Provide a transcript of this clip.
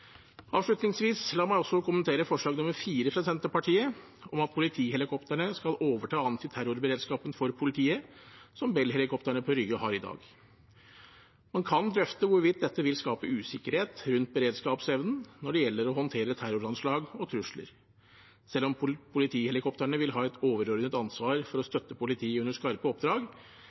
La meg avslutningsvis også kommentere forslag nr. 4, fra Senterpartiet, om at politihelikoptrene skal overta antiterrorberedskapen for politiet, som Bell-helikoptrene på Rygge har i dag. Man kan drøfte hvorvidt dette vil skape usikkerhet rundt beredskapsevnen når det gjelder å håndtere terroranslag og trusler. Selv om politihelikoptrene vil ha et overordnet ansvar for å støtte politiet under skarpe oppdrag,